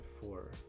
four